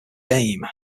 game